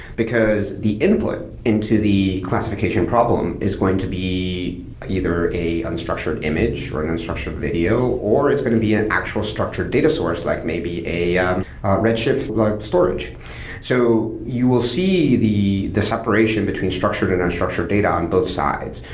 because the input into the classification problem is going to be either a unstructured image, or an unstructured video, or it's going to be an actual structured data source like maybe a um ah redshift like storage so you will see the the separation between structured and unstructured data on both sides,